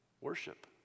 worship